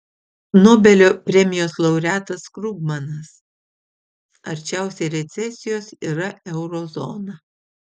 nobelio premijos laureatas krugmanas arčiausiai recesijos yra euro zona